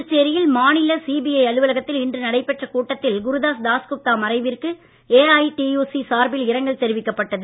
புதுச்சேரியில் மாநில சிபிஐ அலுவலகத்தில் இன்று நடைபெற்ற கூட்டத்தில் குருதாஸ் தாஸ்குப்தா மறைவிற்கு ஏஐடியுசி சார்பில் இரங்கல் தெரிவிக்கப்பட்டது